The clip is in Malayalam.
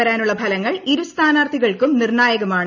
വരാനുള്ള ഫലങ്ങൾ ഇരു സ്ഥാനാർഥികൾക്കും നിർണായകമാണ്